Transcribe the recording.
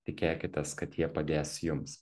tikėkitės kad jie padės jums